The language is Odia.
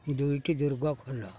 ଦୁଇଟି ଦୁର୍ଗ ଖୋଲ